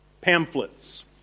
pamphlets